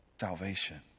salvation